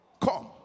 come